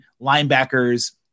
linebackers